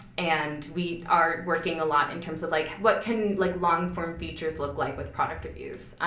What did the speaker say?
and we are working a lot in terms of like, what can, like, long form features look like with product reviews?